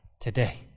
today